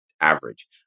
average